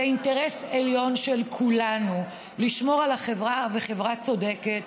זה אינטרס עליון של כולנו לשמור על החברה חברה צודקת,